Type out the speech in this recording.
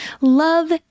love